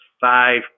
five